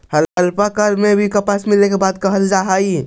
हड़प्पा काल में भी कपास मिले के बात कहल जा हई